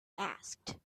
asked